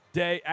day